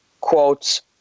quotes